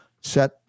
set